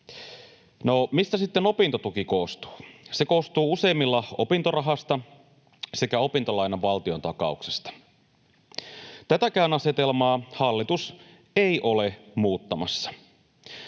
mistä sitten opintotuki koostuu? Se koostuu useimmilla opintorahasta sekä opintolainan valtiontakauksesta. Tätäkään asetelmaa hallitus ei ole muuttamassa.